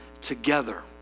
together